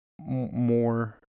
more